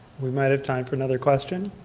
we might have time for another question.